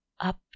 up